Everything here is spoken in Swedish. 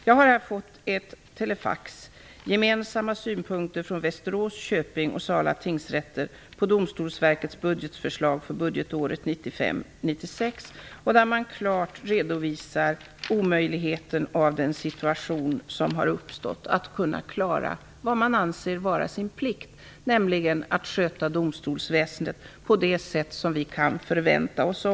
Jag har här fått ett telefax: Gemensamma synpunkter från Västerås, Köping och Sala tingsrätter på 1995/96. Där redovisar man klart omöjligheten i den situation som har uppstått att klara vad man anser vara sin plikt, nämligen att sköta domstolsväsendet på det sätt som vi kan förvänta oss.